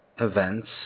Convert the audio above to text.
events